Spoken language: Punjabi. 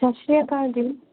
ਸਤਿ ਸ਼੍ਰੀ ਅਕਾਲ ਜੀ